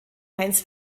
heinz